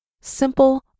simple